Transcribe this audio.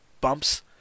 bumps